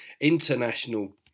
International